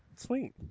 Sweet